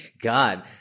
God